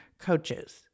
coaches